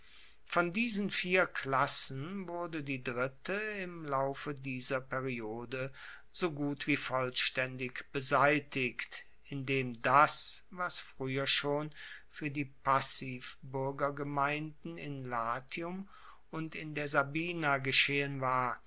von diesen vier klassen wurde die dritte im laufe dieser periode so gut wie vollstaendig beseitigt indem das was frueher schon fuer die passivbuergergemeinden in latium und in der sabina geschehen war